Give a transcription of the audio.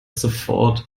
sofort